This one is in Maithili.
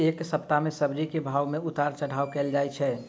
एक सप्ताह मे सब्जी केँ भाव मे उतार चढ़ाब केल होइ छै?